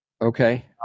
Okay